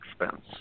expense